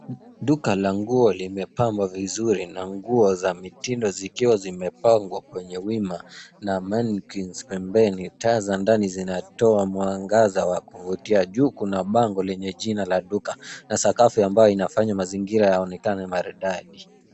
Duka la nguo limepambwa vizuri na nguo za mitindo zikiwa zimepangwa kwenye wima na maniqins pembeni. Taa za ndani zinatoa mwangaza wa kuvutia. Juu kuna bango lenye jina la duka na sakafu ambayo inafanya mazingira yaonekane maridadi.